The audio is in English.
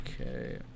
Okay